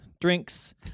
drinks